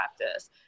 practice